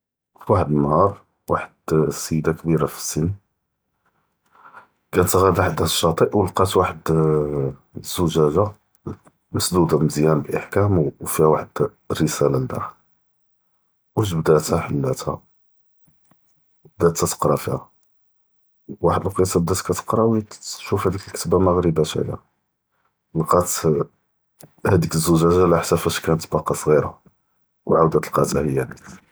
פי וחד אלנהאר، וחד אלסידה כבירא פי אלסין, כתע’דא חדה אלשאטע ו לקטאת וחד ל.., אלזוז’א׳ה, מסדודה מזיאן באחכאם ו פיהא וחד אלרסאלא לדאכל, ו ג’בדהאח חלאתהא, בדאת תתקרא פיהא, ו וחד אלקצה בדאת כתקרא ו היא תשות’ף האדיק אלכתבה מע’ריבאש עליהא, בקאת האדיק אלזוז’א׳ה עלא חסאב פאש כאנת באפא סע’ירה ו..